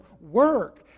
work